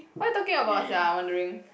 what they talking about sia wondering